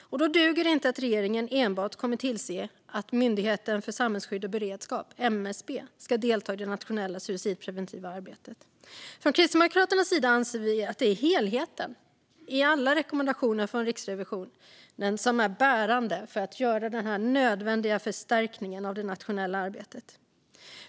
Då duger det inte att regeringen enbart kommer att tillse att Myndigheten för samhällsskydd och beredskap, MSB, ska delta i det nationella suicidpreventiva arbetet. Från Kristdemokraternas sida anser vi att det är helheten i Riksrevisionens alla rekommendationer som är bärande för att göra den nödvändiga förstärkningen av det nationella arbetet.